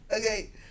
Okay